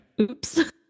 Oops